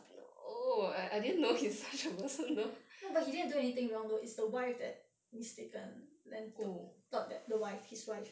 no but he didn't do anything wrong though is the wife that mistaken then thought that the wife his wife